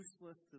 useless